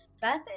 Beth